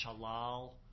shalal